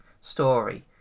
story